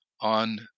on